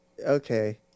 Okay